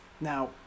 Now